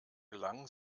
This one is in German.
gelangen